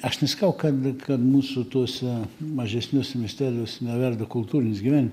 aš nesakau kad kad mūsų tuose mažesniuose miesteliuos neverda kultūrinis gyven